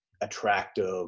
attractive